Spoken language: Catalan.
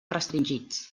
restringits